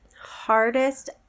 Hardest